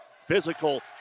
Physical